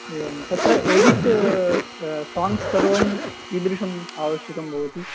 एवं तत्र edit songs सर्वं कीदृशम् आवश्यकं भवति